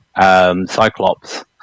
Cyclops